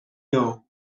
doe